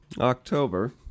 October